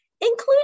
including